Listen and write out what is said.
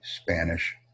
Spanish